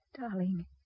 Darling